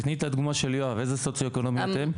תני את הדוגמה של יואב, איזה סוציו-אקונומי אתם?